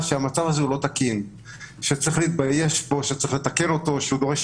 שהמצב הזה לא תקין וצריך להתבייש בו ולשאוף לתקנו.